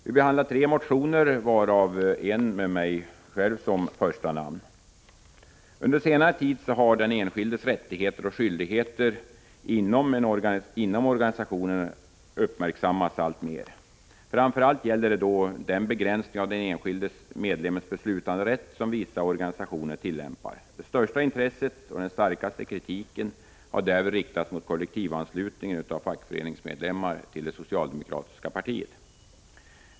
Vi behandlar tre motioner, varav en med mig som huvudmotionär. Under senare tid har den enskilde medlemmens rättigheter och skyldigheter inom en organisation uppmärksammats alltmer. Framför allt gäller det den begränsning av den enskilde medlemmens beslutanderätt som vissa organisationer tillämpar. Det största intresset och den starkaste kritiken har därvid riktats mot kollektivanslutningen av fackföreningsmedlemmar till det socialdemokratiska partiet.